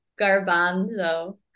Garbanzo